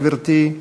גברתי,